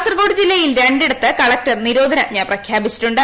കാസർഗോഡ് ജില്ലയിൽ രണ്ടിടത്ത് കളക്ടർ നിരോധനാജ്ഞ പ്രഖ്യാപിച്ചിട്ടുണ്ട്